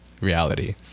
reality